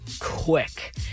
quick